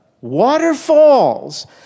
waterfalls